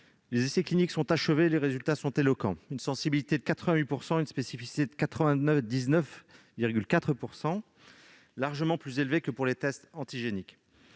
Les essais cliniques sont achevés et les résultats sont éloquents, avec une sensibilité de 88 % et une spécificité de 99,4 %, largement plus élevées que pour les tests antigéniques.